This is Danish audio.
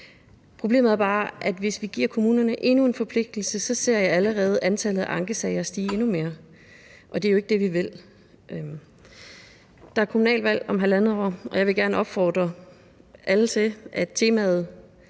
Problemet er bare, at hvis vi giver kommunerne endnu en forpligtelse, så ser jeg allerede antallet af ankesager stige endnu mere, og det er jo ikke det, vi vil. Der er kommunalvalg om halvandet år, og jeg vil gerne opfordre alle til, at det